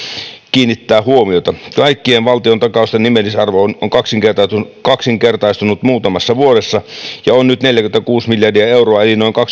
kiinnittää huomiota kaikkien valtiontakausten nimellisarvo on on kaksinkertaistunut kaksinkertaistunut muutamassa vuodessa ja on nyt neljäkymmentäkuusi miljardia euroa eli noin